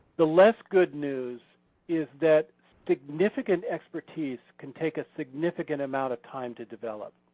the less good news is that significant expertise can take a significant amount of time to develop.